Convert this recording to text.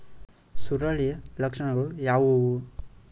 ಸುರುಳಿಯ ಲಕ್ಷಣಗಳು ಯಾವುವು?